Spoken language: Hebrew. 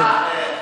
סליחה,